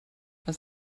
als